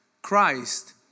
Christ